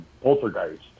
poltergeist